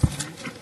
באסל,